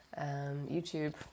youtube